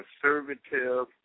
conservative